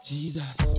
Jesus